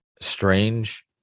strange